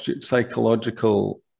psychological